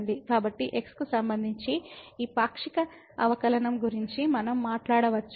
కాబట్టి x కు సంబంధించి ఈ పాక్షిక అవకలనం గురించి మనం మాట్లాడవచ్చు